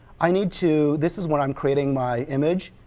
i need to this is when i'm creating my image,